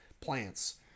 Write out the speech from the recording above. plants